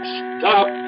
stop